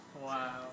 Wow